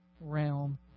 realm